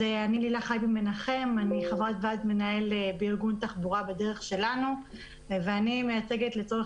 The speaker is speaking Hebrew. אני חברת ועד מנהל בארגון תחבורה בדרך שלנו ואני מייצגת לצורך